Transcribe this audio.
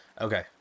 Okay